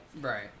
Right